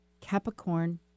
Capricorn